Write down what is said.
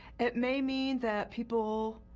it may mean that people